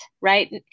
right